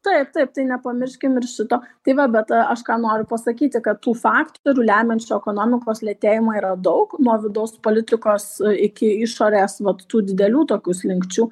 taip taip tai nepamirškim ir šito tai va bet aš ką noriu pasakyti kad tų faktorių lemiančių ekonomikos lėtėjimą yra daug nuo vidaus politikos iki išorės vat tų didelių tokių slinkčių